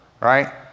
Right